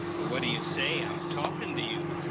well, what do you say? i'm talking to you.